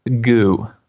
goo